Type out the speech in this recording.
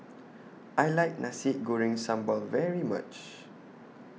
I like Nasi Goreng Sambal very much